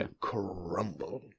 crumble